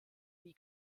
nie